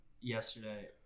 yesterday